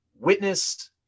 Witness